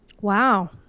Wow